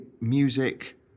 music